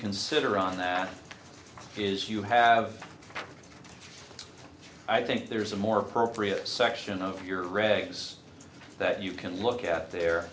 consider on that is you have i think there's a more appropriate section of your regs that you can look at their